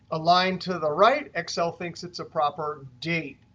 aligned to the right, excel thinks it's a proper date.